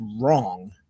wrong